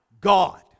God